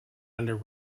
under